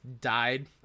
died